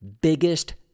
biggest